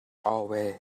away